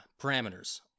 parameters